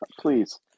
Please